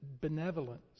benevolence